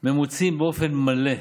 ממוצים באופן מלא,